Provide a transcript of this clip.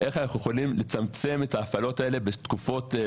איך אנחנו יכולים לצמצם את ההפעלות האלה בשגרה,